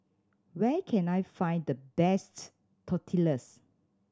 where can I find the best Tortillas